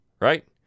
right